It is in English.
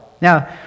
Now